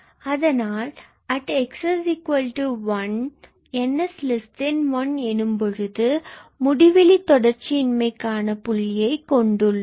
அதனால் at x1 n1 எனும்போது முடிவிலி தொடர்ச்சியின்மை காண புள்ளியை கொண்டுள்ளோம்